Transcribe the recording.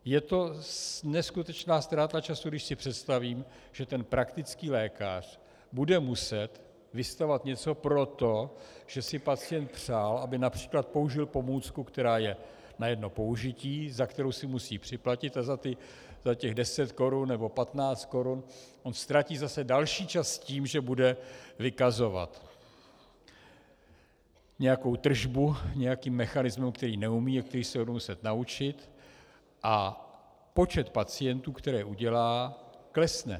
Je to neskutečná ztráta času, když si představím, že praktický lékař bude muset vystavovat něco proto, že si pacient přál, aby například použil pomůcku, která je na jedno použití, za kterou si musí připlatit, a za těch 10 nebo 15 korun on ztratí zase další čas tím, že bude vykazovat nějakou tržbu nějakým mechanismem, který neumí a který se bude muset naučit, a počet pacientů, které udělá, klesne.